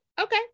Okay